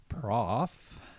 prof